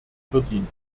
verdient